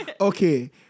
Okay